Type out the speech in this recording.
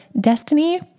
destiny